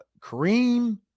Kareem